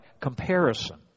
comparison